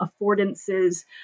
affordances